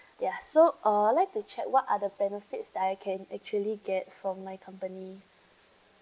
ya so uh I would like to check what are the benefits that I can actually get from my company